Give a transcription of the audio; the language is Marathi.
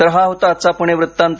तर हा होता आजचा पुणे वृत्तांत